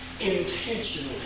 intentionally